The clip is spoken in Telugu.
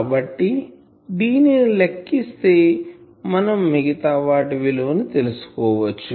కాబట్టి దీనిని లెక్కిస్తే మనం మిగతా వాటి విలువ తెలుసుకోవచ్చు